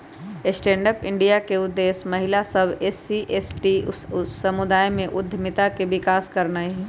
stand Up India के उद्देश्य महिला सभ, एस.सी एवं एस.टी समुदाय में उद्यमिता के विकास करनाइ हइ